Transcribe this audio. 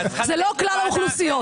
זה לא כלל האוכלוסיות.